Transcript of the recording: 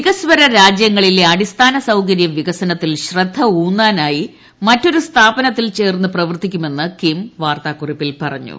വികസ്വര രാജൃങ്ങളിലെ അടിസ്ഥാന സൌകരൃ വികസനത്തിൽ ശ്രദ്ധയൂന്നാനായി മറ്റൊരു സ്ഥാപനത്തിൽ ചേർന്ന് പ്രവർത്തിക്കുമെന്ന് കിം വാർത്താക്കുറിപ്പിൽ പറഞ്ഞു